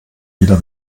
wieder